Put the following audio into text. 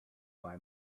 buy